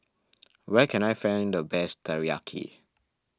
where can I find the best Teriyaki